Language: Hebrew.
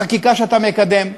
בחקיקה שאתה מקדם,